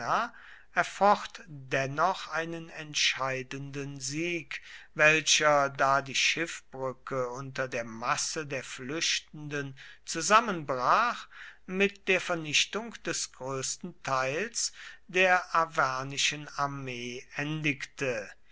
erfocht dennoch einen entscheidenden sieg welcher da die schiffbrücke unter der masse der flüchtenden zusammenbrach mit der vernichtung des größten teils der arvernischen armee